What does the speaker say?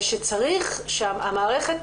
ושצריך שהמערכת